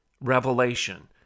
revelation